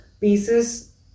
pieces